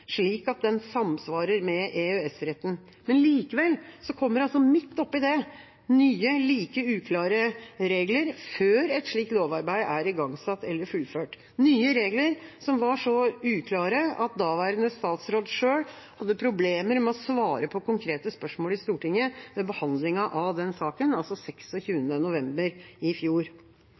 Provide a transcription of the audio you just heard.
slik at den samsvarer med EØS-retten. Likevel kom det, oppi det, nye, like uklare regler før et slikt lovarbeid er igangsatt eller fullført – nye regler som var så uklare at daværende statsråd selv hadde problemer med å svare på konkrete spørsmål i Stortinget ved behandlingen av den saken den 26. november i